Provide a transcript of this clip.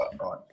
right